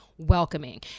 welcoming